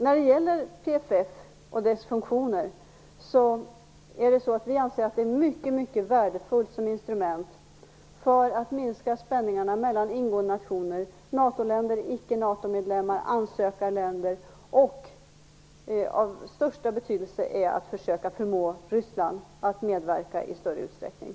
När det gäller PFF och dess funktioner anser vi det mycket värdefullt som instrument för att minska spänningarna mellan ingående nationer, NATO Av största betydelse är att försöka förmå Ryssland att medverka i större utsträckning.